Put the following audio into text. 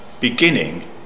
beginning